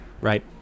Right